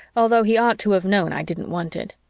although he ought to have known i didn't want it.